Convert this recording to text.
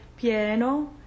pieno